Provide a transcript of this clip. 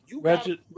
Ratchet